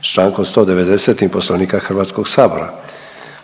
čl. 190. Poslovnika HS-a.